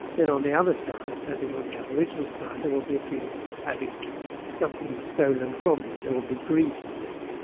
then on the other side, that is on the aboriginal side, there will be a feeling of having something stolen from you, and there will be grievance.